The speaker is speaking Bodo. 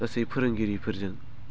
गासै फोरोंगिरिफोरजों